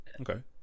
Okay